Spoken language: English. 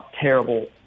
terrible